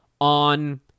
on